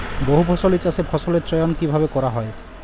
বহুফসলী চাষে ফসলের চয়ন কীভাবে করা হয়?